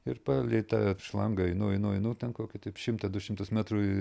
ir palei tą šlangą einu einu einu ten kokiu taip šimtą du šimtus metrų į